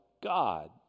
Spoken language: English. God